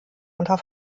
unter